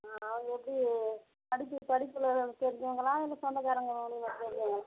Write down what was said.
ஆ அவங்க வந்து படிப்பு படிப்பில் உங்களுக்கு தெரிஞ்சவங்களா இல்லை சொந்தக்காரவங்க மாதிரி தெரிஞ்சவங்களா